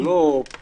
זה לא --- אוקיי,